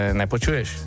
nepočuješ